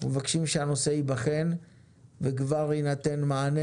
אנחנו מבקשים שהנושא ייבחן וכבר יינתן מענה,